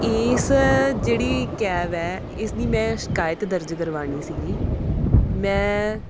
ਇਸ ਜਿਹੜੀ ਕੈਬ ਹੈ ਇਸਦੀ ਮੈਂ ਸ਼ਿਕਾਇਤ ਦਰਜ ਕਰਵਾਉਣੀ ਸੀਗੀ ਮੈਂ